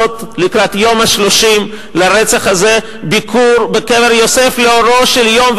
לקראת יום ה-30 לרצח הזה ביקור בקבר יוסף לאורו של יום,